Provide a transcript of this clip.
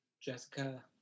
Jessica